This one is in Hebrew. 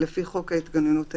לפי חוק ההתגוננות האזרחית,